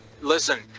listen